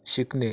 शिकणे